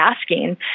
asking